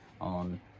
on